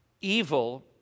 evil